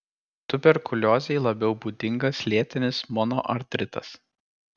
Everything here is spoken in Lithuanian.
tuberkuliozei labiau būdingas lėtinis monoartritas